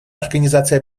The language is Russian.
организации